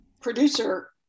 producer